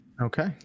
Okay